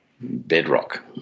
bedrock